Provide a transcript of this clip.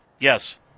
Yes